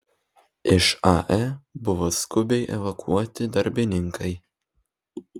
iš ae buvo skubiai evakuoti darbininkai